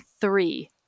three